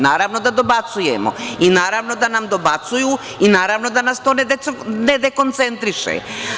Naravno da dobacujemo i naravno da nam dobacuju i naravno da nas to ne dekoncentriše.